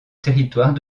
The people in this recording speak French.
territoire